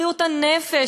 בריאות הנפש,